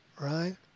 right